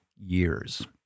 years